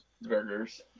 burgers